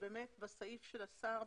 שבאמת בסעיף של השר,